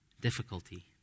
difficulty